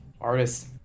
artists